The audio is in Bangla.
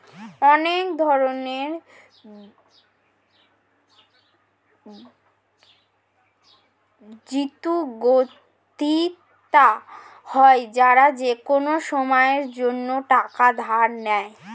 অনেক ধরনের ঋণগ্রহীতা হয় যারা যেকোনো সময়ের জন্যে টাকা ধার নেয়